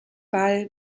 ball